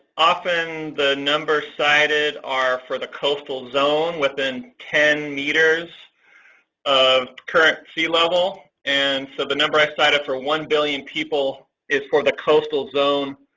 often the numbers cited are for the coastal zone within ten metres of current sea level and so the number i cited for one billion people is for the coastal zone